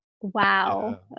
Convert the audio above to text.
Wow